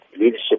leadership